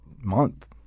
month